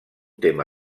tema